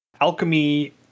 Alchemy